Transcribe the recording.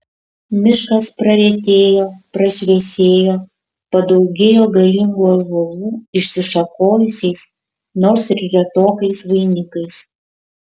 miškas praretėjo prašviesėjo padaugėjo galingų ąžuolų išsišakojusiais nors ir retokais vainikais